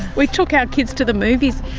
we took our kids to the movies!